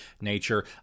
nature